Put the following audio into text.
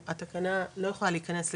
--- אז התוכנית לא תמשיך,